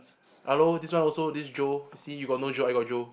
hello this one also this Joe you see you got no Joe I got Joe